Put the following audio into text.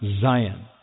Zion